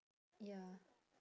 ya